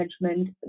management